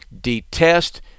detest